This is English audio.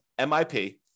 MIP